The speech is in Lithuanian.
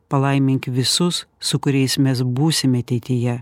palaimink visus su kuriais mes būsime ateityje